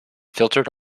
filtered